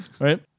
right